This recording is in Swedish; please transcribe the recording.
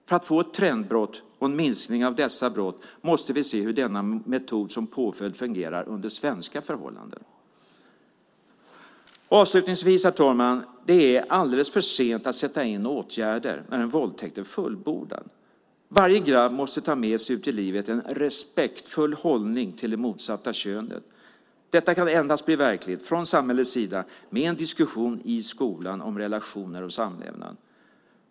För att få ett trendbrott och en minskning av dessa brott måste vi se hur denna metod som påföljd fungerar under svenska förhållanden. Låt mig, herr talman, avslutningsvis säga att det är alldeles för sent att sätta in åtgärder när en våldtäkt är fullbordad. Varje grabb måste ta med sig ut i livet en respektfull hållning till det motsatta könet. Detta kan endast bli verkligt, från samhällets sida, med en diskussion i skolan om relationer och samlevnad.